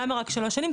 למה רק שלוש שנים?